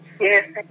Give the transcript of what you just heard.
Yes